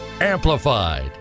Amplified